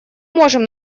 можем